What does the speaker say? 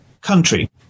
country